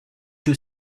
que